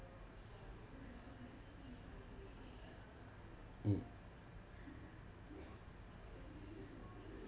mm